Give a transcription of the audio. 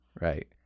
right